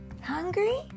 Hungry